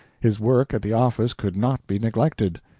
his work at the office could not be neglected.